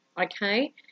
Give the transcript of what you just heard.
okay